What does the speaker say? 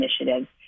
initiatives